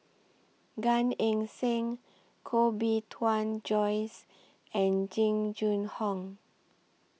Gan Eng Seng Koh Bee Tuan Joyce and Jing Jun Hong